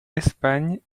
espagne